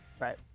Right